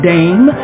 Dame